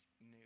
new